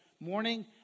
Morning